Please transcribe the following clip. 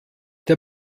der